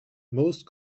most